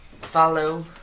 follow